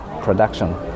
production